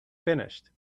finished